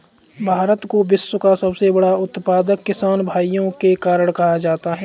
भारत को विश्व का सबसे बड़ा उत्पादक किसान भाइयों के कारण कहा जाता है